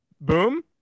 boom